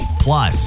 Plus